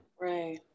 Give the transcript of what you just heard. Right